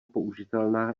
použitelná